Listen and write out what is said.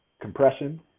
compression